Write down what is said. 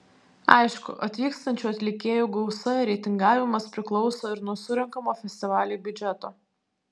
aišku atvykstančių atlikėjų gausa ir reitingavimas priklauso ir nuo surenkamo festivaliui biudžeto